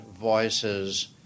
voices